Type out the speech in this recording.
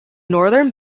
northern